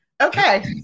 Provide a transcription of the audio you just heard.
okay